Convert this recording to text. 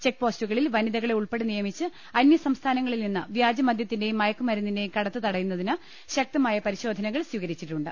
check പോസ്റ്റുകളിൽ വനിതകളെ ഉൾപ്പെടെ നിയമിച്ച് അന്യ സംസ്ഥാനങ്ങളിൽനിന്ന് വ്യാജമദ്യത്തിന്റെയും മയക്കുമരുന്നിന്റെയും കടത്ത് തടയുന്നതിന് ശക്തമായ പരിശോധനകൾ സ്വീകരിച്ചിട്ടുണ്ട്